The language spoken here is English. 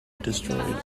destroyed